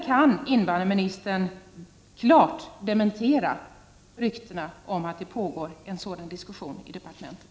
Kan invandrarministern klart dementera ryktena om att det pågår en sådan diskussion i departementet?